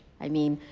i mean,